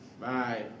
Bye